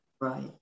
Right